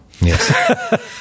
Yes